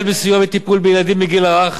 החל בסיוע לטיפול בילדים בגיל הרך,